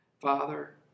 Father